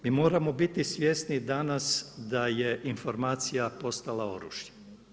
Mi moramo biti svjesni danas da je informacija postala oružje.